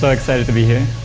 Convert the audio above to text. but excited to be here.